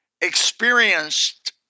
experienced